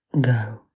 Go